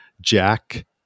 Jack